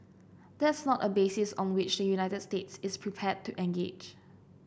that's not a basis on which the United States is prepared to engage